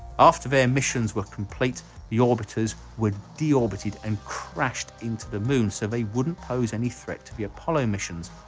after their missions were complete the orbiters were deorbited and crashed into the moon so they wouldn't pose any threat to the apollo missions.